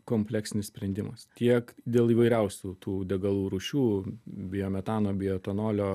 kompleksinis sprendimas tiek dėl įvairiausių tų degalų rūšių biometano bioetanolio